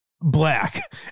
black